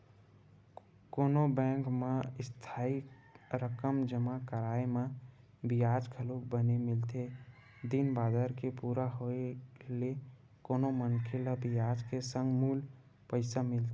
कोनो बेंक म इस्थाई रकम जमा कराय म बियाज घलोक बने मिलथे दिन बादर के पूरा होय ले कोनो मनखे ल बियाज के संग मूल पइसा मिलथे